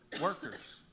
workers